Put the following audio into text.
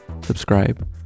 subscribe